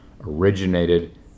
originated